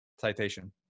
citation